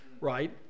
right